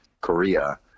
Korea